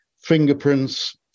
fingerprints